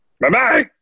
Bye-bye